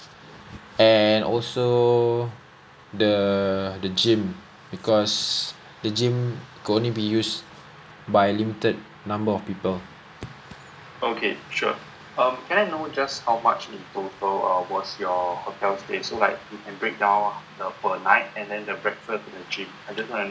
and also the the gym because the gym could only be used by limited number of people